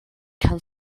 kann